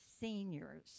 seniors